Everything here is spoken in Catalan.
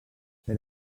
per